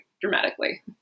dramatically